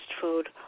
food